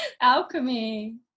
alchemy